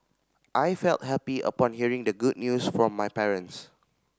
I felt happy upon hearing the good news from my parents